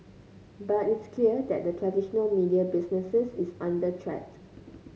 but it's clear that the traditional media business is under threat